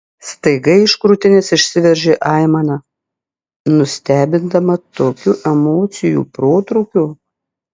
staiga iš krūtinės išsiveržė aimana nustebindama tokiu emocijų protrūkiu